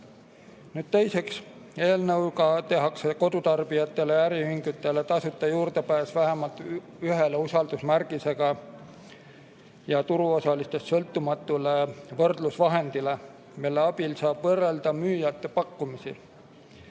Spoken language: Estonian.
Teiseks, eelnõuga tehakse kodutarbijatele ja äriühingutele tasuta juurdepääs vähemalt ühele usaldusmärgisega ja turuosalistest sõltumatule võrdlusvahendile, mille abil saab võrrelda müüjate pakkumisi.